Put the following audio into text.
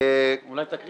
אולי תקרא